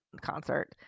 concert